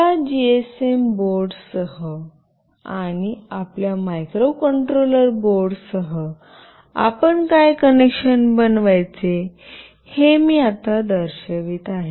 या जीएसएमबोर्ड सह आणि आपल्या मायक्रोकंट्रोलर बोर्डसह आपण काय कनेक्शन बनवायचे हे मी आता दर्शवित आहे